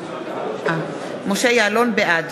בעד